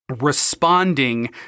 responding